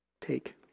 Take